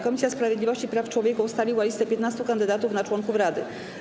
Komisja Sprawiedliwości i Praw Człowieka ustaliła listę 15 kandydatów na członków rady.